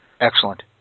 Excellent